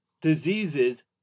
diseases